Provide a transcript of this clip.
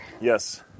yes